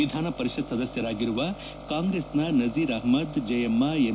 ವಿಧಾನಪರಿಷತ್ ಸದಸ್ಯರಾಗಿರುವ ಕಾಂಗ್ರೆಸ್ನ ನಜೀರ್ ಅಷ್ಠದ್ ಜಯಮ್ನ ಎಂ